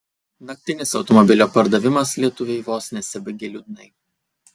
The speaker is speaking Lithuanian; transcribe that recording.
naktinis automobilio pardavimas lietuviui vos nesibaigė liūdnai